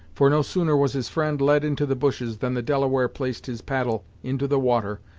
for no sooner was his friend led into the bushes than the delaware placed his paddle into the water,